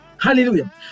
Hallelujah